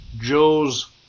Joe's